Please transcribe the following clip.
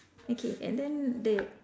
okay and then the